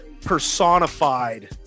personified